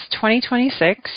2026